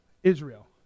Israel